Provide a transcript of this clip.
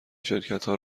شرکتها